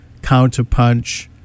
Counterpunch